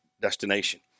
destination